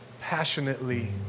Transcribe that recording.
passionately